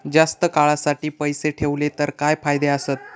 जास्त काळासाठी पैसे ठेवले तर काय फायदे आसत?